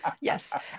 Yes